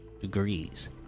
degrees